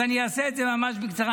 אני אעשה את זה ממש בקצרה.